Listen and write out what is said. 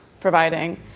providing